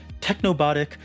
Technobotic